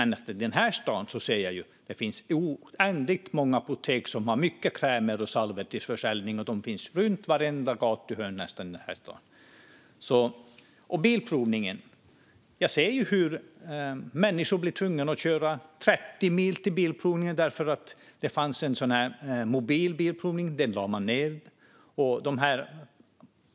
I den här staden ser jag däremot att det finns oändligt många apotek som har mycket krämer och salvor till försäljning i vartenda gathörn. När det gäller Bilprovningen ser jag hur människor blir tvungna att köra 30 mil för att besiktiga bilen. Det fanns en mobil bilprovning, men den lade man ned.